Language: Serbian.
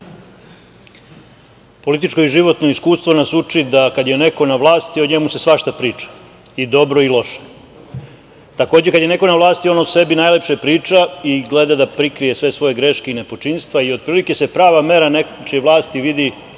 Političko i životno iskustvo nas uči da kada je neko na vlasti o njemu se svašta priča, i dobro i loše. Takođe, kada je neko na vlasti, on o sebi najlepše priča i gleda da prikrije sve svoje greške i nepočinstva i otprilike se prava mera nečije vlasti vidi